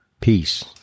peace